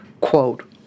quote